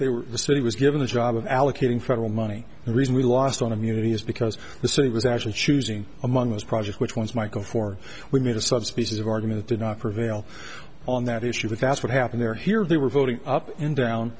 they were the city was given the job of allocating federal money the reason we lost on immunity is because the city was actually choosing among those projects which ones might go for we made a subspecies of argument did not prevail on that issue but that's what happened there here they were voting up and down